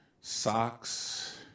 socks